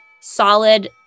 solid